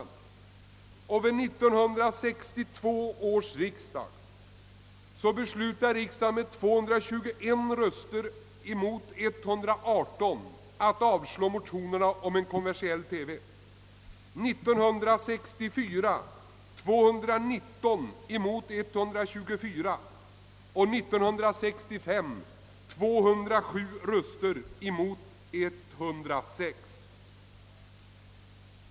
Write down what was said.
År 1962 beslöt riksdagen med 221 röster mot 118 att avslå motionerna om en kommersiell TV. Samma beslut fattades 1964 med 219 röster mot 124 och år 1965 med 207 röster mot 106.